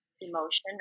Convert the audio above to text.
emotion